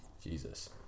Jesus